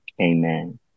Amen